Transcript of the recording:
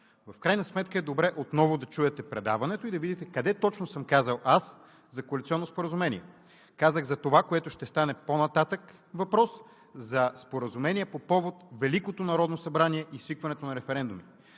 в крайна сметка е добре отново да чуете предаването и да видите къде точно аз съм казал за коалиционно споразумение. Казах това, за което ще стане на въпрос по-нататък – за споразумение по повод Великото народно събрание и свикването на референдуми.